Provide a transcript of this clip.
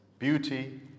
beauty